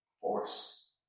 Force